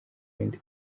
bindi